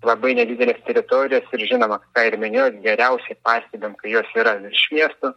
labai nedideles teritorijas ir žinoma ką ir minėjot geriausiai pastebim kai jos yra virš miesto